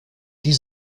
die